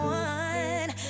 one